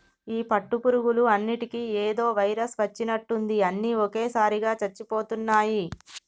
ఈ పట్టు పురుగులు అన్నిటికీ ఏదో వైరస్ వచ్చినట్టుంది అన్ని ఒకేసారిగా చచ్చిపోతున్నాయి